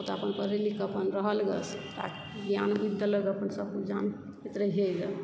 त अपन पढि लिख के अपन रहल ग आ की हम सब रहियै गेल